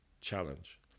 challenge